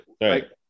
right